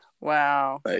Wow